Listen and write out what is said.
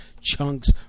chunks